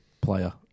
player